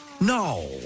No